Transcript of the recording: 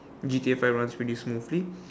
G_T_A five runs pretty smoothly